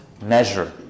measure